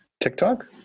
TikTok